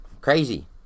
Crazy